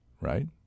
right